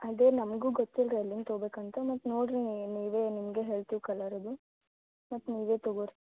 ಅದೇ ನಮಗು ಗೊತ್ತಿಲ್ಲ ರೀ ಎಲ್ಲಿನ ತಗೋಬೇಕಂತ ಮತ್ತೆ ನೋಡಿರಿ ನೀವೇ ನಿಮಗೆ ಹೇಳ್ತೀವಿ ಕಲ್ಲರ್ ಅದು ಮತ್ತೆ ನೀವೇ ತಗೋ ರೀ